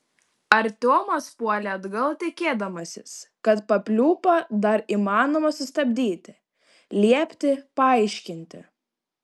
artiomas puolė atgal tikėdamasis kad papliūpą dar įmanoma sustabdyti liepti paaiškinti